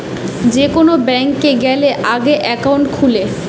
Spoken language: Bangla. যে কোন ব্যাংকে গ্যালে আগে একাউন্ট খুলে